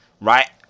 Right